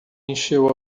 encheu